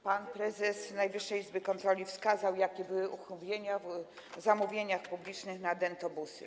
Pan prezes Najwyższej Izby Kontroli wskazał, jakie były uchybienia w zamówieniach publicznych na dentobusy.